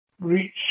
reach